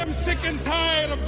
and sick and tired